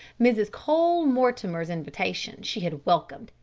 mrs. cole-mortimer's invitation she had welcomed.